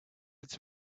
its